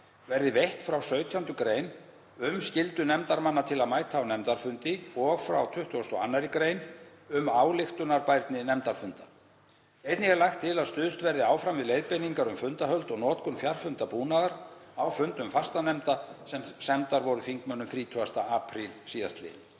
verði veitt frá 17. gr. um skyldu nefndarmanna til að mæta á nefndarfundi og frá 22. gr. um ályktunarbærni nefndarfunda. Einnig er lagt til að stuðst verði áfram við leiðbeiningar um fundahöld og notkun fjarfundabúnaðar á fundum fastanefnda sem sendar voru þingmönnum 30. apríl sl.